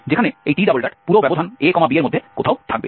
যেখানে এই t পুরো ব্যবধান ab এর মধ্যে কোথাও থাকবে